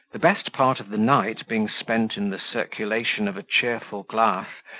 the best part of the night being spent in the circulation of a cheerful glass,